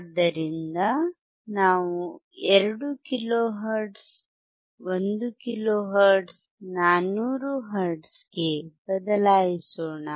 ಆದ್ದರಿಂದ ನಾವು 2 kilohertz 1 kilohertz 400 hertz ಗೆ ಬದಲಾಯಿಸೋಣ